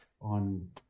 on